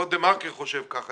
לפחות "דה מרקר" חושב כך.